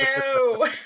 No